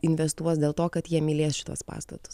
investuos dėl to kad jie mylės šituos pastatus